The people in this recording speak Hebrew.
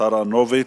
לשר אהרונוביץ.